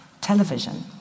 television